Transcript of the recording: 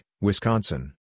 Wisconsin